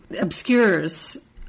obscures